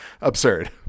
absurd